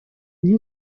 они